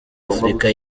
afurika